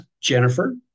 Jennifer